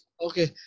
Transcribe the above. Okay